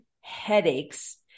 headaches